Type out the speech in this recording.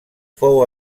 fou